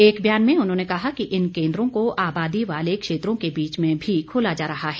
एक बयान में उन्होंने कहा कि इन केन्द्रों को आबादी वाले क्षेत्रों के बीच में भी खोला जा रहा है